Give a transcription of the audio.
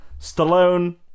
Stallone